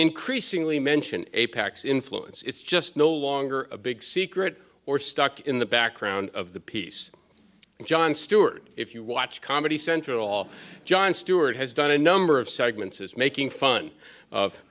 increasingly mention apacs influence it's just no longer a big secret or stuck in the background of the piece jon stewart if you watch comedy central jon stewart has done a number of segments is making fun of